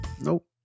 nope